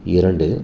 இரண்டு